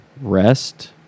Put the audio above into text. Rest